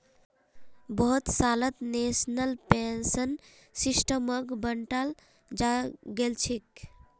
बहुत सालत national pension सिस्टमक बंटाल गेलछेक